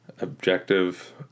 objective